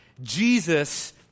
Jesus